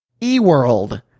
eWorld